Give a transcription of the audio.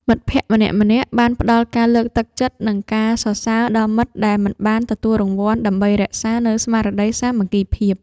មិត្តភក្តិម្នាក់ៗបានផ្ដល់ការលើកទឹកចិត្ត និងការសរសើរដល់មិត្តដែលមិនបានទទួលរង្វាន់ ដើម្បីរក្សានូវស្មារតីសាមគ្គីភាព។